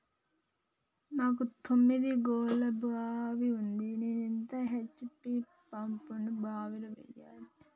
మాకు తొమ్మిది గోళాల బావి ఉంది నేను ఎంత హెచ్.పి పంపును బావిలో వెయ్యాలే?